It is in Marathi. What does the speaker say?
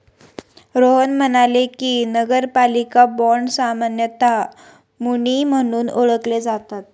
रोहन म्हणाले की, नगरपालिका बाँड सामान्यतः मुनी म्हणून ओळखले जातात